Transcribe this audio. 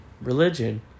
Religion